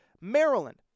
Maryland